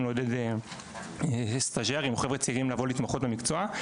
לעודד סטז'רים או חבר'ה צעירים לבוא להתמחות במקצוע,